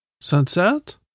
Sunset